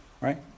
right